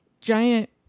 giant